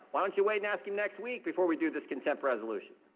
why don't you wait and ask him next week before we do this contempt resolution?